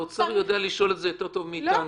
האוצר יודע לשאול את זה יותר טוב מאיתנו.